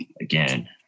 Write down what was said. again